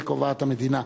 את זה קובעת המדינה.